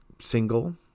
single